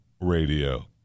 Radio